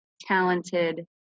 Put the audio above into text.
talented